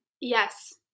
Yes